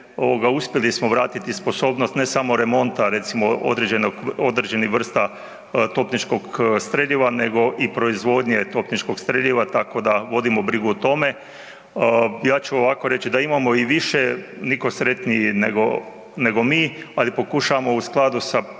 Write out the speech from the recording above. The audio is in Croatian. uspjeli smo vratiti sposobnost, ne samo remonta recimo određenog, određenih vrsta topničkog streljiva, nego i proizvodnje topničkog streljiva, tako da vodimo brigu o tome. Ja ću ovako reći da imamo i više, nitko sretniji nego, nego mi, ali pokušavamo u skladu sa odobrenim